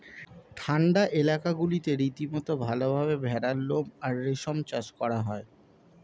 ঠান্ডা এলাকাগুলোতে রীতিমতো ভালভাবে ভেড়ার লোম আর রেশম চাষ করা হয়